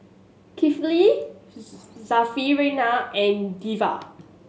Kifli Syarafina and Dewi